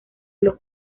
los